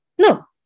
No